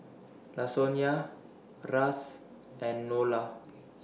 Lasonya A Ras and Nola